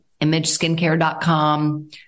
imageskincare.com